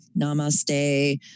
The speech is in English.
namaste